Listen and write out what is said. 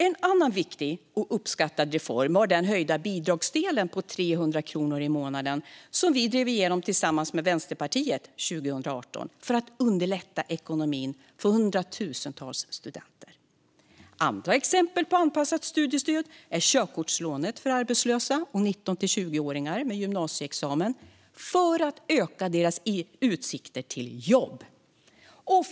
En annan viktig och uppskattad reform var den höjda bidragsdelen på 300 kronor i månaden som vi drev igenom tillsammans med Vänsterpartiet 2018 för att underlätta ekonomin för hundratusentals studenter. Andra exempel på anpassat studiestöd är körkortslånet för arbetslösa och 19-20-åringar med gymnasieexamen för att öka utsikterna till jobb.